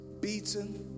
beaten